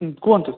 ହୁଁ କୁହନ୍ତୁ